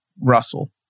Russell